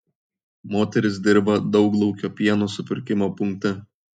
moteris dirba dauglaukio pieno supirkimo punkte